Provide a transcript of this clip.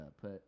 put